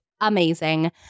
Amazing